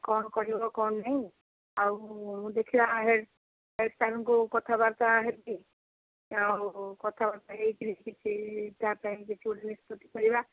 କ'ଣ କରିବ କ'ଣ ନାହିଁ ଆଉ ଦେଖିବା ହେଡ୍ ହେଡ୍ସାର୍ଙ୍କୁ କଥାବାର୍ତ୍ତା ହୋଇକି ଆଉ କଥାବାର୍ତ୍ତା ହୋଇକିରି କିଛି ତା ପାଇଁ କିଛି ଗୋଟେ ନିଷ୍ପତ୍ତି କରିବା